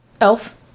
Elf